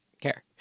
care